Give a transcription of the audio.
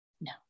no